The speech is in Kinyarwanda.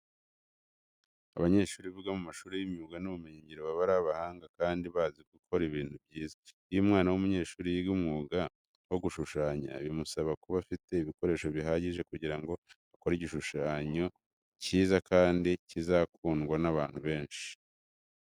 Abanyeshuri biga mu mashuri y'imyuga n'ubumenyingiro baba ari abahanga kandi bazi gukora ibintu byiza. Iyo umwana w'umunyeshuri yiga umwuga wo gushushanya, bimusaba kuba afite ibikoresho bihagije kugira ngo akore igishushanyo cyiza kandi kizakundwe n'abantu benshi.